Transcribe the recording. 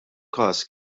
każ